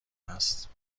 است